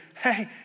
hey